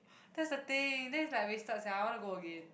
that's the thing then it's like wasted sia I want to go again